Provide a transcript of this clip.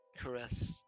caress